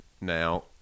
now